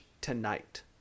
tonight